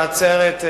בעצרת,